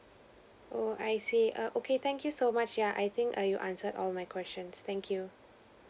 oh I see err okay thank you so much yeah I think err you answered all my questions thank you